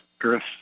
Earth